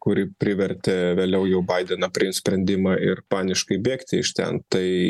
kuri privertė vėliau jau baideną priimt sprendimą ir paniškai bėgti iš ten tai